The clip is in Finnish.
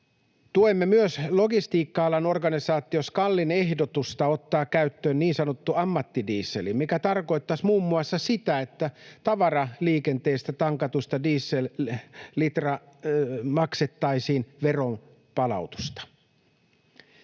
Tuemme myös logistiikka-alan organisaatio SKALin ehdotusta ottaa käyttöön niin sanottu ammattidiesel, mikä tarkoittaisi muun muassa sitä, että tavaraliikenteessä tankatusta diesellitrasta maksettaisiin veronpalautusta.